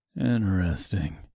Interesting